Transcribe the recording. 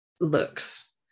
looks